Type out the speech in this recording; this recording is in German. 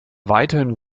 weiterhin